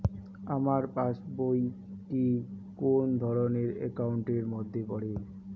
আমার passbook টি কোন ধরণের একাউন্ট এর মধ্যে পড়ে?